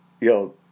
Yo